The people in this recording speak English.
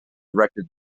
directed